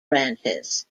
ranches